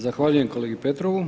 Zahvaljujem kolegi Petrovu.